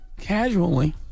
casually